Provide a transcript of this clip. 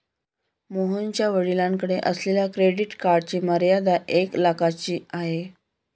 मोहनच्या वडिलांकडे असलेल्या क्रेडिट कार्डची मर्यादा एक लाखाची आहे